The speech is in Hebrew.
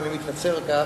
ואני מתנצל על כך,